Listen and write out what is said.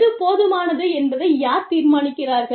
எது போதுமானது என்பதை யார் தீர்மானிக்கிறார்கள்